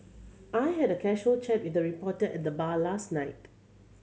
I had a casual chat with a reporter at the bar last night